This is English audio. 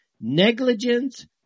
negligence